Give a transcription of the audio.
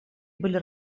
были